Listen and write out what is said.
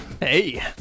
Hey